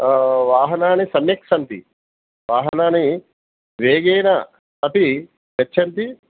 वाहनाणि सम्यक् सन्ति वाहनाणि वेगेन अपि गच्छन्ति